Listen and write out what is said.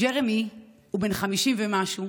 ג'רמי הוא בן 50 ומשהו.